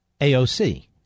AOC